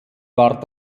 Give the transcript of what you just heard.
war